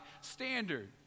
standard